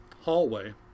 hallway